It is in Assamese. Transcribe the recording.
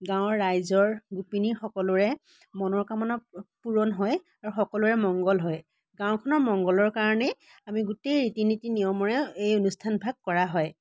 গাঁৱৰ ৰাইজৰ গোপিনী সকলোৰে মনৰ কামনা পূৰণ হয় আৰু সকলোৰে মংগল হয় গাওঁখনৰ মংগলৰ কাৰণেই আমি গোটেই ৰীতি নীতি নিয়মেৰে এই অনুষ্ঠান ভাগ কৰা হয়